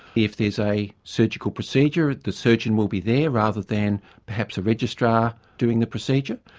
if there is a surgical procedure, the surgeon will be there rather than perhaps a registrar doing the procedure.